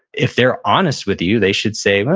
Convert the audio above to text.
if they're honest with you, they should say,